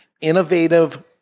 Innovative